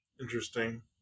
Interesting